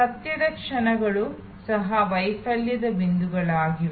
ಸತ್ಯದ ಕ್ಷಣಗಳು ಸಹ ವೈಫಲ್ಯದ ಬಿಂದುಗಳಾಗಿವೆ